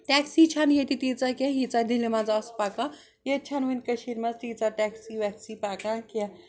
taxi چھَنہٕ ییٚتہِ تیٖژاہ کیٚنٛہہ ییٖژاہ دِلہِ منٛز آسہٕ پَکان ییٚتہِ چھَنہٕ وٕنہِ کٔشیٖر مَنٛز تیٖژاہ ٹٮ۪کسی وٮ۪کسی پَکان کیٚنٛہہ